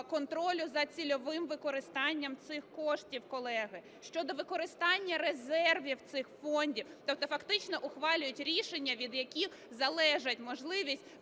контролю за цільовим використанням цих коштів, колеги, щодо використання резервів цих фондів, тобто фактично ухвалюють рішення, від яких залежить можливість